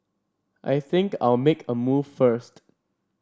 I think I'll make a move first